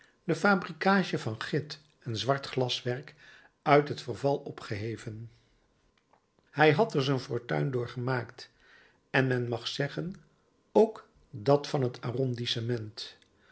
de fabricage van git en zwart glaswerk uit het verval opgeheven hij had er zijn fortuin door gemaakt en men mag zeggen ook dat van het arrondissement